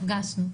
נפגשנו.